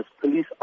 police